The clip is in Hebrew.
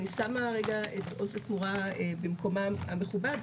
אני שמה רגע את עוז לתמורה במקומה המכובד,